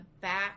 back